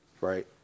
right